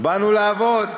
באנו לעבוד.